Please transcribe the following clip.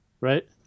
right